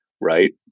Right